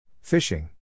Fishing